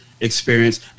experience